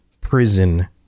prison